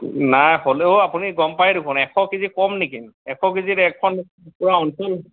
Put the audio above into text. নাই হ'লেও আপুনি গম পাই দেখোন এশ কেজি কম নেকি এশ কেজিৰ এক পুৰা অঞ্চল